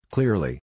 Clearly